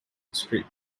history